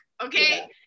Okay